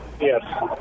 Yes